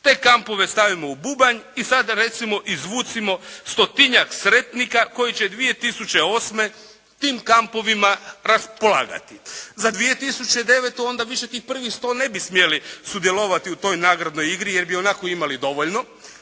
Te kampove stavimo u bubanj i sada recimo izvucimo stotinjak sretnika koji će 2008. tim kampovima raspolagati. Za 2009. onda više tih prvih 100 više ne bi smjeli sudjelovati u toj nagradnoj igri jer bi ionako imali dovoljno